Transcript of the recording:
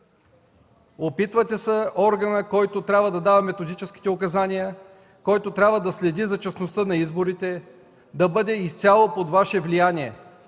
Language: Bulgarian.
Опитвате се органът, който трябва да дава методическите указания, който трябва да следи за честността на изборите, да бъде изцяло под Ваше влияние.